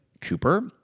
Cooper